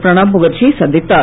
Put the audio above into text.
பிரணாப் முகர்ஜியை சந்தித்தார்